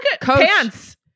pants